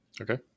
Okay